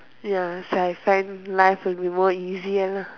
ya so I find life will be more easier